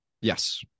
Yes